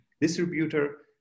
distributor